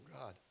God